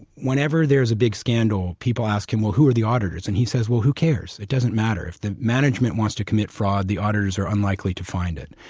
whenever there's a big scandal, people ask him, well, who are the auditors? and he says, well, who cares? it doesn't matter. if the management wants to commit fraud, the auditors are unlikely to find it.